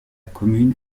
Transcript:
commune